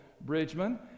Bridgman